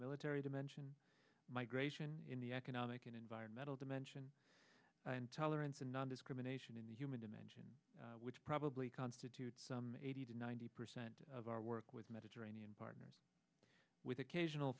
military dimension migration in the economic and environmental dimension and tolerance and nondiscrimination in the human dimension which probably constitute eighty to ninety percent of our work with mediterranean partners with occasional